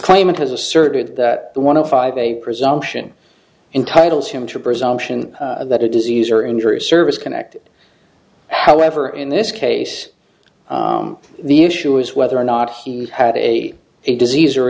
claimant has asserted that one of five a presumption entitles him to a presumption that a disease or injury service connected however in this case the issue is whether or not he had a disease or